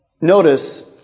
Notice